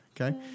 Okay